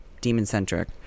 demon-centric